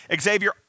Xavier